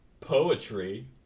poetry